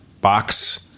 box